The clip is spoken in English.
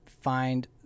find